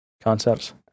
concepts